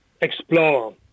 explore